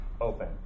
open